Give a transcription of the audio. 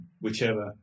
whichever